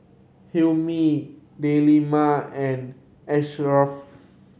Hilmi Delima and Asharaff